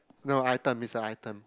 no item is a item